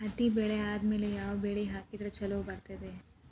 ಹತ್ತಿ ಬೆಳೆ ಆದ್ಮೇಲ ಯಾವ ಬೆಳಿ ಹಾಕಿದ್ರ ಛಲೋ ಬರುತ್ತದೆ?